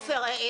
עופר,